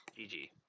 GG